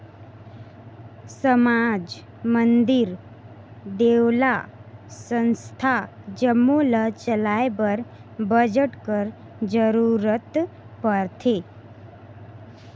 समाज, मंदिर, देवल्ला, संस्था जम्मो ल चलाए बर बजट कर जरूरत परथे